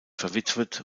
verwitwet